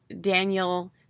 Daniel